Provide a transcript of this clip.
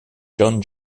john